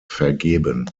vergeben